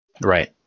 Right